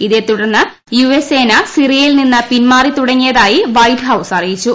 ഇതേ തുടർന്ന് U S സേന സിറിയയിൽ നിന്ന് പിൻമാറി തുടങ്ങിയതായി വൈറ്റ് ഹൌസ് അറിയിച്ചു